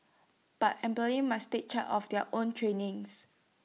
but employees must take charge of their own trainings